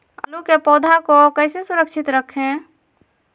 आलू के पौधा को कैसे सुरक्षित रखें?